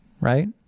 right